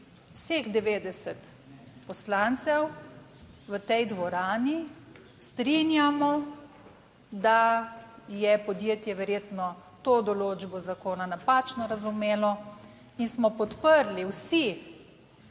vseh 90 poslancev v tej dvorani strinjamo, da je podjetje verjetno to določbo zakona napačno razumelo in smo podprli vsi,